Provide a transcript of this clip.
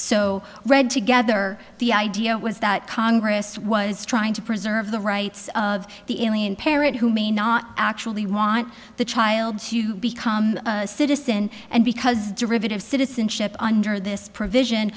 so read together the idea was that congress was trying to preserve the rights of the alien parent who may not actually want the child to become a citizen and because derivative citizenship under this provision